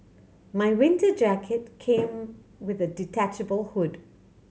my winter jacket came with a detachable hood